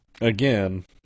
Again